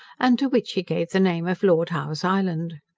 and to which he gave the name of lord howe's island.